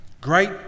Great